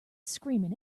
screaming